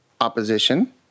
opposition